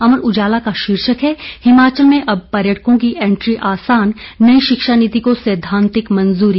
अमर उजाला का शीर्षक है हिमाचल में अब पर्यटकों की एंट्री आसान नई शिक्षा नीति को सैद्धांतिक मंजूरी